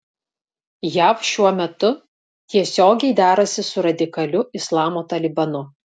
jav šiuo metu tiesiogiai derasi su radikaliu islamo talibanu